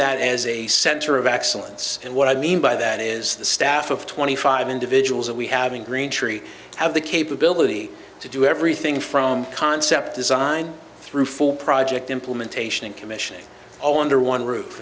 that as a center of excellence and what i mean by that is the staff of twenty five individuals that we having green tree have the capability to do everything from concept design through full project implementation and commissioning oh under one roof